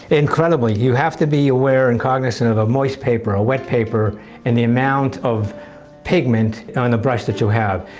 incredibly, you have to be aware and congnize and of a moist paper, a wet paper and the amount of pigment on the brush that you have.